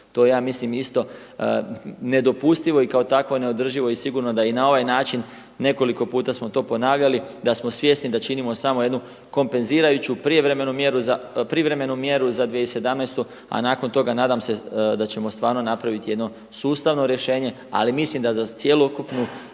To ja mislim isto nedopustivo i kao takvo neodrživo i sigurno da i na ovaj način nekoliko puta smo to ponavljali da smo svjesni da činimo samo kompenzirajuću privremenu mjeru za 2017., a nakon toga nadam se da ćemo napraviti jedno sustavno rješenje. Ali mislim da za cjelokupnu